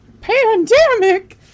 Pandemic